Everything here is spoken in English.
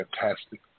fantastic